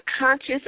conscious